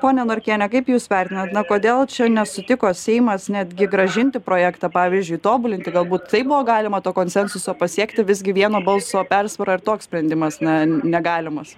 pone norkiene kaip jūs vertinat na kodėl čia nesutiko seimas netgi grąžinti projektą pavyzdžiui tobulinti galbūt taip buvo galima to konsensuso pasiekti visgi vieno balso persvara ir toks sprendimas na negalimas